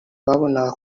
babonaga